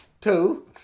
Two